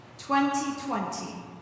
2020